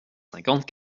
cinquante